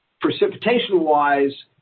Precipitation-wise